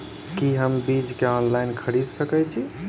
की हम बीज केँ ऑनलाइन खरीदै सकैत छी?